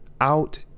out